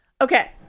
Okay